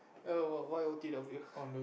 oh what why O_T_W